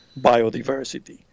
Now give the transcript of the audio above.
biodiversity